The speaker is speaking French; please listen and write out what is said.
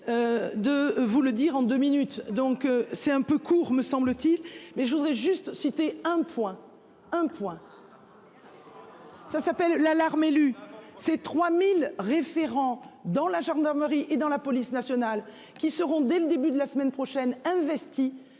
De vous le dire en 2 minutes, donc c'est un peu court, me semble-t-il mais je voudrais juste citer un point un point. Ça s'appelle l'alarme élu ces 3000 référents dans la gendarmerie et dans la police nationale qui seront dès le début de la semaine prochaine, investi